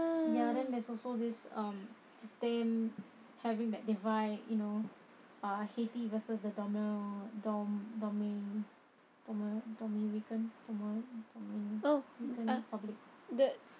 ya then there's also this um having that divide you know uh haiti versus the domino~ dorm~ dormi~ dormi~ domirican~ dormo~ dominican republic